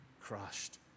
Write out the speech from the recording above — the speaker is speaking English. crushed